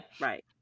Right